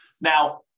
Now